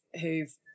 who've